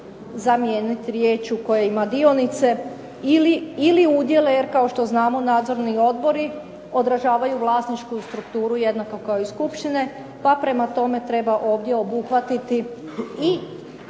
zamijeniti riječju koja ima dionice ili udjele jer kao što znamo nadzorni odbori odražavaju vlasničku strukturu jednako kao i skupštine pa prema tome treba ovdje obuhvatiti i